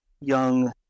young